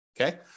okay